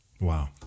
Wow